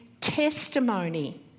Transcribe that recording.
testimony